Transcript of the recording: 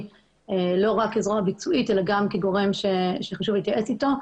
ולא רק כזרוע ביצועית אלא גם כגורם שחשוב להתייעץ אתו.